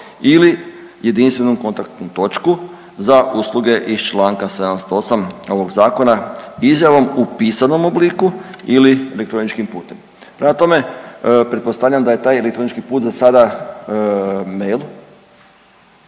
ili jedinstvenu kontaktnu točku za usluge iz Članka 78. ovog zakona izjavom u pisanom obliku ili elektroničkim putem. Prema tome, pretpostavljam da je taj elektronički put za sada mail,